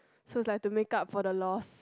so like to make up for the loss